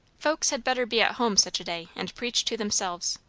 folks had better be at home such a day, and preach to themselves.